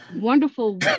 wonderful